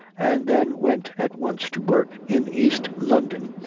and then went at once to work in east london,